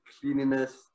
cleanliness